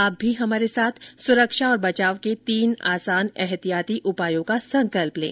आप भी हमारे साथ सुरक्षा और बचाव के तीन आसान एहतियाती उपायों का संकल्प लें